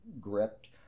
gripped